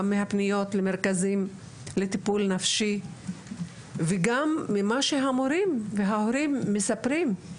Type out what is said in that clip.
גם מהפניות למרכזים לטיפול נפשי וגם ממה שהמורים וההורים מספרים.